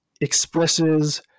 expresses